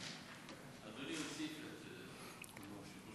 אדוני יוסיף את זה, ההצעה